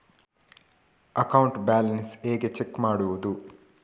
Account balance ಹೇಗೆ check ಮಾಡುವುದು?